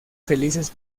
felices